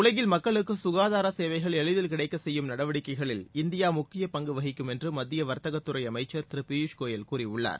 உலகில் மக்களுக்கு கசாதார சேவைகள் எளிதில் கிடைச்சக் செய்யும் நடவடிக்கைளில் இந்தியா முக்கிய பங்கு வகிக்கும் என்று மத்திய வர்த்தக துறை அமைச்சர் திருபியூஷ் கோயல் கூறியுள்ளார்